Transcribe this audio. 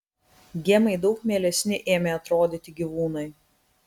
gemai daug mielesni ėmė atrodyti gyvūnai